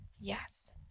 Yes